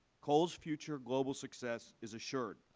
coal's future global success is assured.